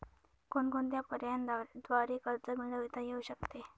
कोणकोणत्या पर्यायांद्वारे कर्ज मिळविता येऊ शकते?